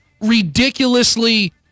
ridiculously